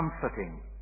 comforting